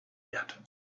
yet